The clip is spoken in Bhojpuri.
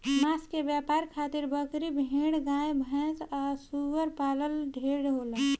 मांस के व्यवसाय खातिर बकरी, भेड़, गाय भैस आ सूअर पालन ढेरे होला